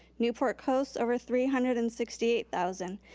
newport coast, over three hundred and sixty eight thousand.